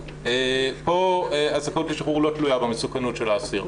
פה הזכאות לשחרור לא תלויה במסוכנות של האסיר.